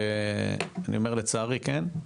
לצערי כן,